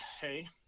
hey